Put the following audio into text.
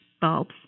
bulbs